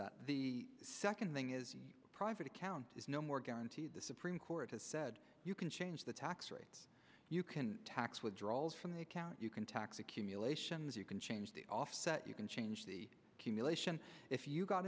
that the second thing is the private account is no more guaranteed the supreme court has said you can change the tax rates you can tax withdrawals from the account you can tax accumulations you can change the offset you can change the cumulation if you got